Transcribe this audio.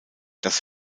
das